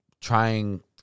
trying